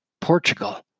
Portugal